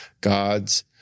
God's